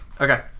Okay